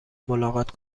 ملاقات